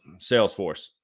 Salesforce